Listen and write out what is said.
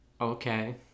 okay